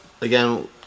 again